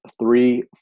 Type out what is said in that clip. three